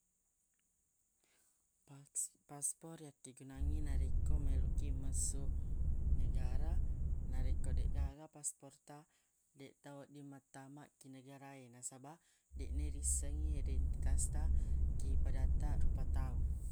Pas- paspor yakkegunangngi narekko meloq kiq messu negara narekko deq gaga paspor taq deq tawedding mattama ki negara e nasabaq deq nerisseng i ri identitas taq ki padattaq rupa tau